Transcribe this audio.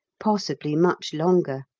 possibly much longer.